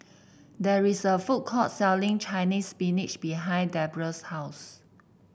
there is a food court selling Chinese Spinach behind Deborrah's house